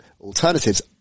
alternatives